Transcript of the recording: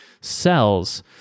cells